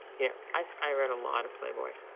you know, i read a lot of playboy.